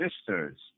sisters